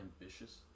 ambitious